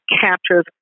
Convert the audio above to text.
captures